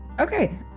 Okay